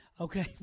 Okay